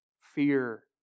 Fear